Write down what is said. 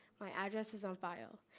my address is on file.